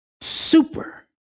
Super